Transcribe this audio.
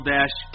Dash